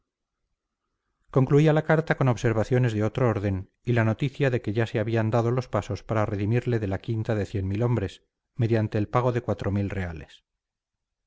concluía la carta con observaciones de otro orden y la noticia de que ya se habían dado los pasos para redimirle de la quinta de cien mil hombres mediante el pago de cuatro mil reales